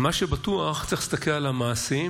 מה שבטוח הוא שצריך להסתכל על המעשים,